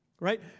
Right